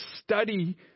study